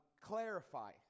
clarify